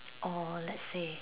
or let's say